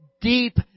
deep